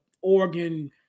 Oregon